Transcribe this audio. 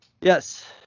Yes